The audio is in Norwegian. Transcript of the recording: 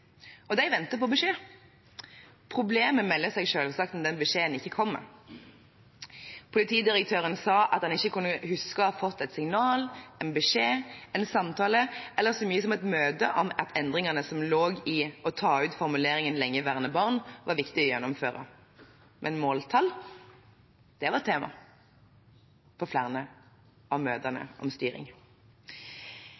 Og de venter på beskjed. Problemet melder seg selvsagt når den beskjeden ikke kommer. Politidirektøren sa at han ikke kunne huske å ha fått et signal, en beskjed, en samtale eller så mye som et møte om at endringene som lå i å ta ut formuleringen «lengeværende barn», var viktig å gjennomføre. Men måltall var temaet på flere av møtene om styring.